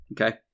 Okay